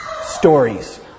stories